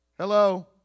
Hello